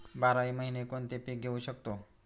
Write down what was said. बाराही महिने कोणते पीक घेवू शकतो?